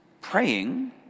praying